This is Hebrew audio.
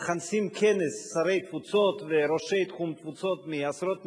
מכנסים כנס שרי תפוצות וראשי תחום תפוצות מעשרות מדינות,